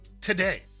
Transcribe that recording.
today